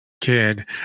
kid